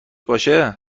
باشه